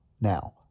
Now